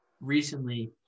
recently –